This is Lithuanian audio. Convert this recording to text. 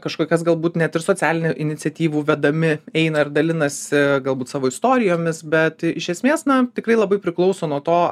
kažkokias galbūt net ir socialinių iniciatyvų vedami eina ir dalinasi galbūt savo istorijomis bet iš esmės na tikrai labai priklauso nuo to